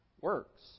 works